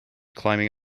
climbing